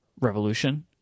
revolution